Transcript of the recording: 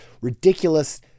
ridiculous